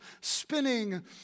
spinning